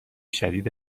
شدید